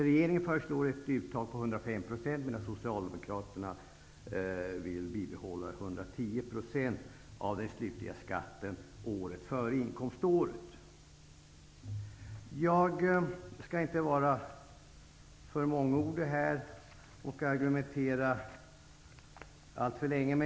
Regeringen förslår ett uttag på 105 % medan Jag skall här inte vara för mångordig och argumentera alltför länge.